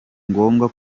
ngombwa